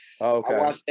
Okay